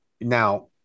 now